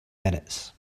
minutes